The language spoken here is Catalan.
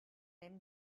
hem